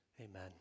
Amen